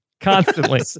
Constantly